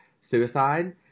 suicide